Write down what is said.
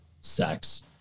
sex